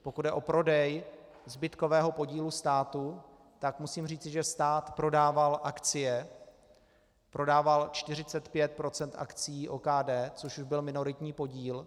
Pokud jde o prodej zbytkového podílu státu, tak musím říci, že stát prodával akcie, prodával 45 % akcií OKD, což byl minoritní podíl.